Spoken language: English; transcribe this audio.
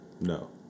No